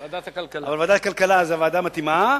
אבל ועדת הכלכלה זו הוועדה המתאימה,